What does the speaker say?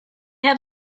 have